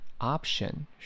Option